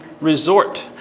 resort